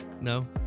No